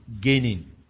gaining